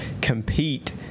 compete